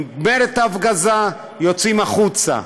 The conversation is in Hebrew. נגמרת ההפגזה, יוצאים החוצה.